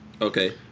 Okay